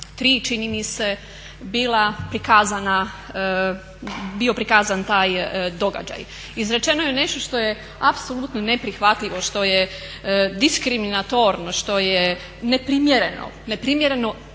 3 čini mi se bio prikazan taj događaj. Izrečeno je nešto što je apsolutno neprihvatljivo, što je diskriminatorno, što je neprimjereno,